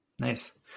Nice